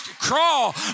crawl